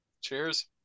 Cheers